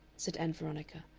said ann veronica,